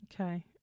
okay